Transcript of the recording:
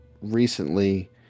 recently